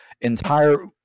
entire